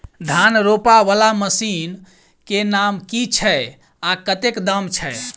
धान रोपा वला मशीन केँ नाम की छैय आ कतेक दाम छैय?